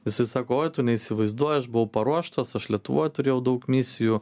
jisai sako oi tu neįsivaizduoji aš buvau paruoštas aš lietuvoj turėjau daug misijų